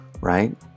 right